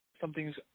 something's –